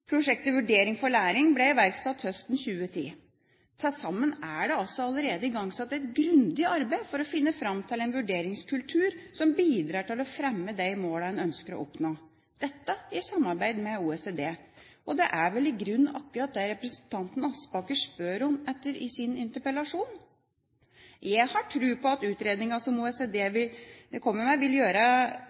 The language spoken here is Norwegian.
Prosjektet Vurdering for læring ble iverksatt høsten 2010. Til sammen er det altså allerede igangsatt et grundig arbeid for å finne fram til en vurderingskultur som bidrar til å fremme de målene en ønsker å oppnå, dette i samarbeid med OECD. Det er vel i grunnen akkurat det representanten Aspaker spør etter i sin interpellasjon? Jeg har tro på at utredningen som OECD vil gjøre i samarbeid med utdanningsmyndighetene, vil være verdifulle innspill til hvordan vi